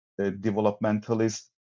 developmentalist